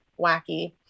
wacky